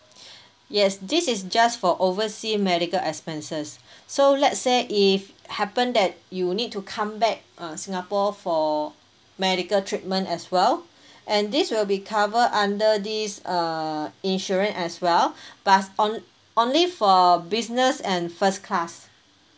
yes this is just for oversea medical expenses so let say if happen that you need to come back uh singapore for medical treatment as well and this will be cover under this err insurance as well but is on only for business and first class